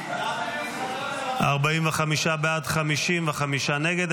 45 בעד, 55 נגד.